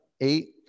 eight